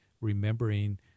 remembering